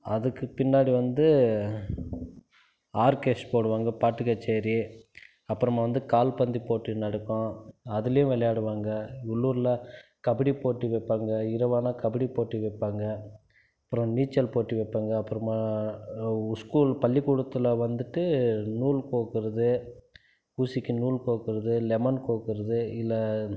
அதுக்கு பின்னாடி வந்து ஆர்கெஷ்ட் போடுவாங்க பாட்டு கச்சேரி அப்புறமா வந்து கால்பந்து போட்டி நடக்கும் அதுலேயும் விளையாடுவாங்க உள்ளூரில் கபடி போட்டி வைப்பாங்க இரவானால் கபடி போட்டி வைப்பாங்க அப்புறம் நீச்சல் போட்டி வைப்பாங்க அப்புறமா ஸ்கூல் பள்ளிக்கூடத்தில் வந்துவிட்டு நூல் கோர்க்கறது ஊசிக்கு நூல் கோர்க்கறது லெமன் கோர்க்கறது இல்லை